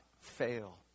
fail